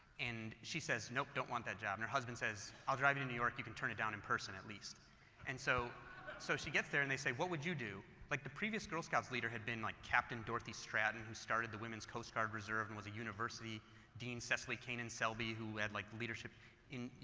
and she says, nope, don't want that job and her husband says, i'll drive you to new york, you can turn it down in person at least and so so she gets there and they say, what you would you do? like, the previous girl scouts leader had been like captain dorothy stratton who started the women's coast guard reserve and was a university dean cecily cannan selby, who had like leadership in,